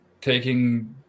taking